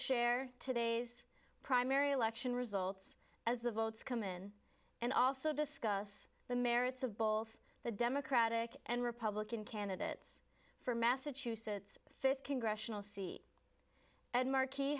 share today's primary election results as the votes come in and also discuss the merits of both the democratic and republican candidates for massachusetts fifth congressional seat ed mark